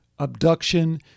abduction